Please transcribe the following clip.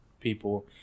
people